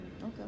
Okay